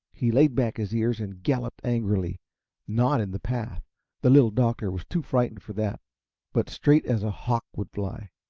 he laid back his ears and galloped angrily not in the path the little doctor was too frightened for that but straight as a hawk would fly.